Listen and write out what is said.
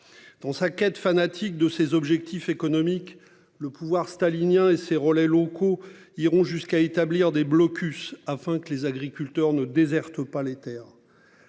Dans sa quête fanatique de ses objectifs économiques le pouvoir stalinien et ses relais locaux iront jusqu'à établir des blocus afin que les agriculteurs ne déserte pas les Terres.